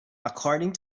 according